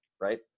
right